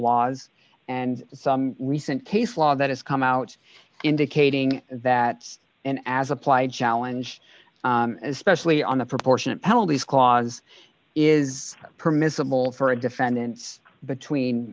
laws and some recent case law that has come out indicating that an as applied challenge especially on the proportionate penalties clause is permissible for a defendants between